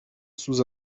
sous